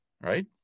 right